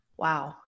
Wow